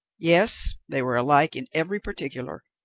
yes, they were alike in every particular.